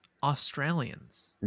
Australians